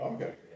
Okay